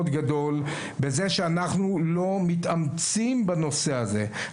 גדול בזה שאנחנו לא מתאמצים בנושא הזה.